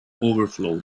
overflowed